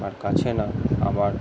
আমার কাছে না আমার